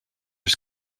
his